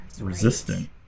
resistant